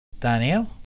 Daniel